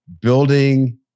building